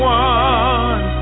one